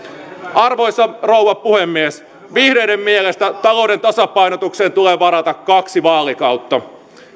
arvoisa rouva puhemies vihreiden mielestä talouden tasapainotukseen tulee varata kaksi vaalikautta